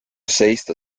seista